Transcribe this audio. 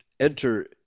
enter